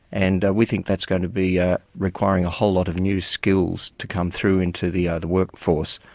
and we think that's going to be ah requiring a whole lot of new skills to come through into the ah workforce,